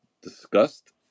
discussed